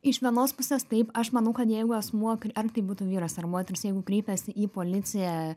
iš vienos pusės taip aš manau kad jeigu asmuo ar tai būtų vyras ar moteris jeigu kreipiasi į policiją